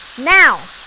now.